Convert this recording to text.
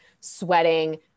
sweating